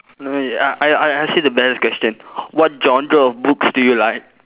err I I I say the best question what genre of books do you like